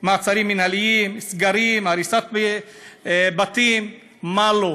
מעצרים מינהליים, סגרים, הריסת בתים, מה לא?